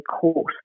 court